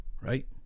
right